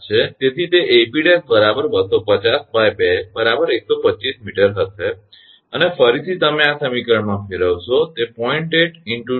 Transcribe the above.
તેથી તે 𝐴𝑃′ 250 2 125 𝑚 હશે અને ફરીથી તમે આ સમીકરણમાં ફેરવશો તે 0